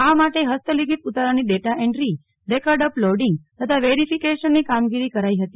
આ માટે હસ્ત લીખીત ઉતારાની data entry record uploading તથા વેરિફિકેશનની કામગીરી કરાઈ હતી